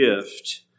gift